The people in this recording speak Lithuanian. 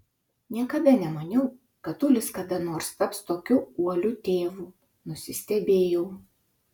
niekada nemaniau kad ulis kada nors taps tokiu uoliu tėvu nusistebėjau